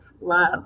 love